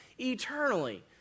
eternally